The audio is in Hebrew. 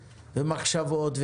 מחשבות,